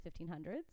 1500s